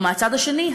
ומהצד השני,